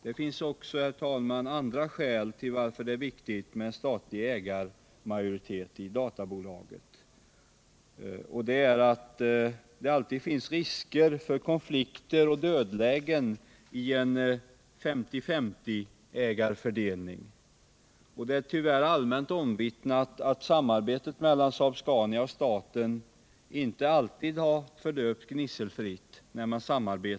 Det finns också andra skäl till att det är viktigt med statlig ägarmajoritet i databolaget, särskilt risken för konflikter och dödlägen i en 50-50-ägarfördelning. Det är tyvärr allmänt omvittnat att samarbetet mellan Saab Scania och staten inte alltid har förlöpt gnisselfritt i Stansaab.